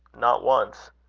not once.